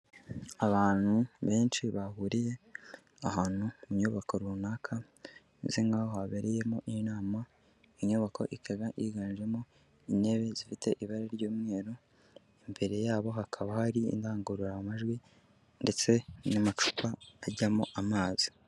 Abantu benshi bahuriye ahantu mu nyubako runaka imeze nk'aho habereyemo inama inyubako ikaba yiganjemo intebe zifite ibara ry'umweru imbere yabo hakaba hari indangururamajwi ndetse n'amacupa ajyamo amazi.